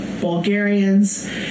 Bulgarians